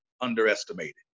underestimated